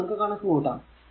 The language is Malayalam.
ഇത് നമുക്ക് കണക്കു കൂട്ടാം